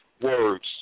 words